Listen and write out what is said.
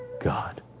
God